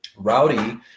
Rowdy